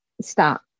stop